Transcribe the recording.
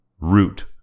Root